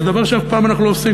זה דבר שאף פעם אנחנו לא עושים,